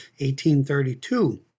1832